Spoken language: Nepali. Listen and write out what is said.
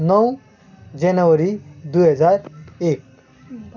नौ जनवरी दुई हजार एक